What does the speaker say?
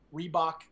Reebok